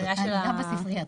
חגיגה בספרייה.